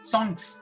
Songs